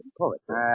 poetry